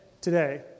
today